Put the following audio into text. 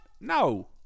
No